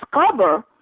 discover